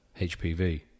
hpv